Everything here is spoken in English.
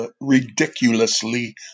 ridiculously